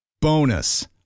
Bonus